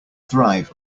thrive